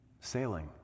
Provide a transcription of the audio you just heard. sailing